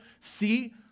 see